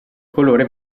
colore